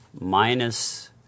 minus